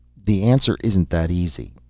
the answer isn't that easy.